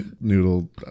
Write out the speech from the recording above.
noodle